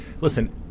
Listen